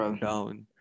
down